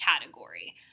category